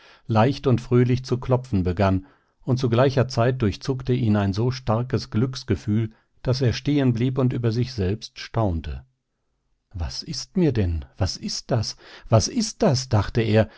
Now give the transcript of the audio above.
leicht und fröhlich zu klopfen begann und zu gleicher zeit durchzuckte ihn ein so starkes glücksgefühl daß er stehen blieb und über sich selbst staunte was ist mir denn was ist das was ist das dachte er